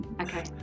Okay